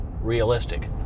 realistic